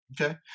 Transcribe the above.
Okay